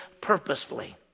purposefully